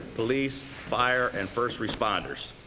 police, fire and first responders.